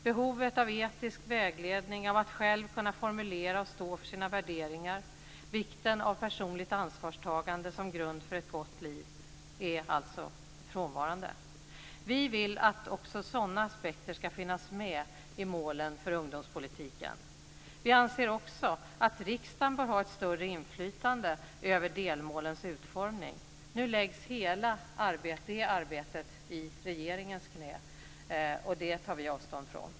Behovet av etisk vägledning, av att själv kunna formulera och stå för sina värderingar, vikten av personligt ansvarstagande som grund för ett gott liv är alltså frånvarande. Vi vill att också sådana aspekter ska finnas med i målen för ungdomspolitiken. Vi anser också att riksdagen bör ha ett större inflytande över delmålens utformning. Nu läggs hela det arbetet i regeringens knä, och det tar vi avstånd från.